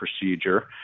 procedure